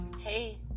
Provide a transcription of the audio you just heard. Hey